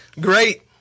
great